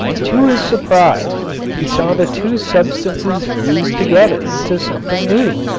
to his surprise he saw the two substances fuse together into something new.